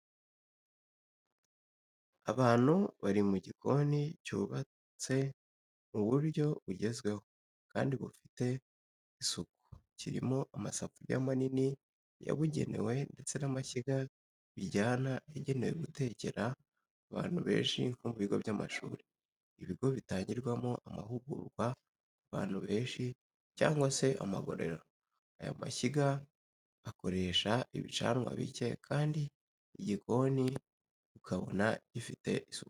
Abantu bari mu gikoni cyubatse mu buryo bugezweho kandi bufite isuku kirimo amasafuriya manini yabugenewe ndetse n'amashyiga bijyana yagenewe gutekera abantu benshi nko mu bigo by'amashuri, ibigo bitangirwamo amahugurwa ku bantu benshi, cyangwa se amagororero, aya mashyiga akoresha ibicanwa bike kandi igikoni ukabona gifite isuku.